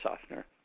softener